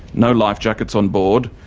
no life jackets on board,